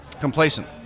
complacent